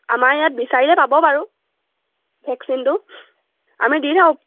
আমাৰ ইয়াত বিচাৰিলে পাব বাৰু ভেকচিনটো আমি দি থাকোঁ